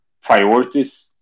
priorities